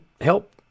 help